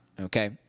okay